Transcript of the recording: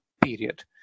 period